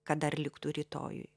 kad dar liktų rytojui